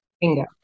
Bingo